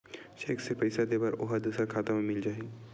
Cheque से पईसा दे बर ओहा दुसर खाता म मिल जाही?